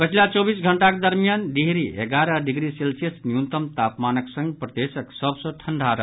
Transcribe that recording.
पछिला चौबीस घंटाक दरमियान डिहरी एगारह डिग्री सेल्सियस न्यूनतम तापमानक संग प्रदेशक सभ सँ ठंढ़ा रहल